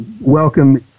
welcome